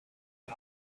can